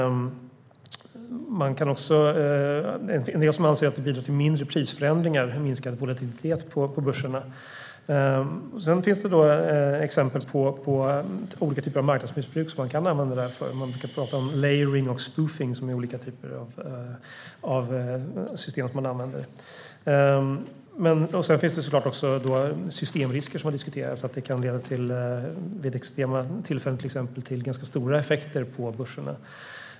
En del anser att det bidrar till mindre prisförändringar, en minskad volatilitet på börserna. Sedan finns exempel på olika typer av marknadsmissbruk som man kan använda högfrekvenshandel för. Man brukar tala om layering and spoofing, som är olika typer av system. Sedan har såklart systemrisker diskuterats. Vid extrema tillfällen kan högfrekvenshandel leda till stora effekter på börserna.